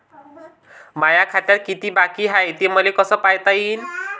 माया खात्यात कितीक बाकी हाय, हे मले कस पायता येईन?